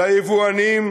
ליבואנים,